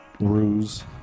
ruse